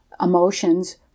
emotions